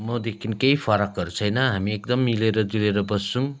मदेखि केही फरकहरू छैन हामी एकदम मिलेरजुलेर बस्छौँ